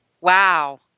wow